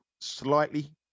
slightly